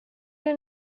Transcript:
your